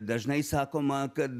dažnai sakoma kad